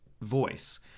voice